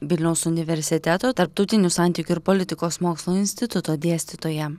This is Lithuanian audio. vilniaus universiteto tarptautinių santykių ir politikos mokslų instituto dėstytoja